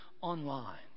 online